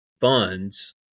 funds